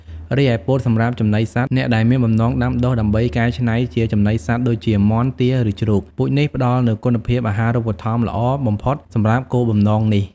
រីឯពោតសម្រាប់ចំណីសត្វ អ្នកដែលមានបំណងដាំដុះដើម្បីកែច្នៃជាចំណីសត្វដូចជា មាន់ ទា ឬជ្រូក ពូជនេះផ្តល់នូវគុណភាពអាហារូបត្ថម្ភល្អបំផុតសម្រាប់គោលបំណងនេះ។